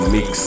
Mix